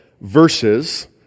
verses